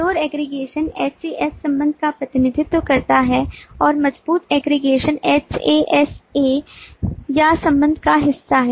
कमजोर aggregation HAS संबंध का प्रतिनिधित्व करता है और मजबूत aggregation HAS A या संबंध का हिस्सा है